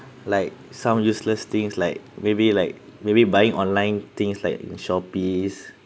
like some useless things like maybe like maybe buying online things like in shopees